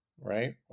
right